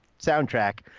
soundtrack